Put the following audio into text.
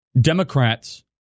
Democrats